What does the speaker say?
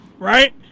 Right